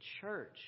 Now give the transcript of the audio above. church